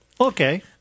Okay